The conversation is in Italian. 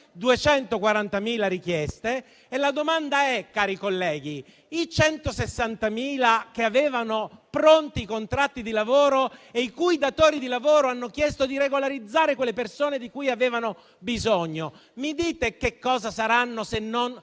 240.000 richieste, la domanda è, cari colleghi: i 160.000 che avevano pronti i contratti di lavoro e i cui datori di lavoro hanno chiesto la regolarizzazione, perché ne avevano bisogno, mi dite che cosa saranno, se non